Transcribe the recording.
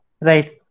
Right